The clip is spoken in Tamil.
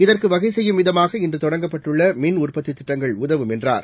இதற்கு வகை செய்யும் விதமாக இன்று தொடங்கப்பட்டுள்ள மின் உற்பத்தி திட்டங்கள் உதவும் என்றார்